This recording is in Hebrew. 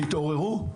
תתעוררו.